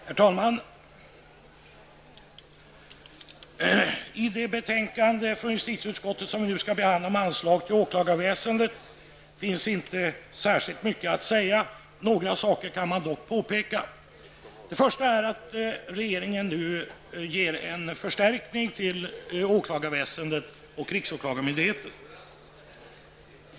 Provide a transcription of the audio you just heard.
Herr talman! Om det betänkande från justitieutskottet om anslag till åklagarväsendet som vi nu skall behandla finns inte särskilt mycket att säga. Några saker kan man dock påpeka. Regeringen ger nu en förstärkning till åklagarväsendet och riksåklagarmyndigheten.